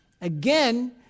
Again